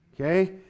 Okay